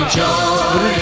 joy